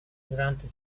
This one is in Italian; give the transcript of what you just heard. durante